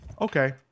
Okay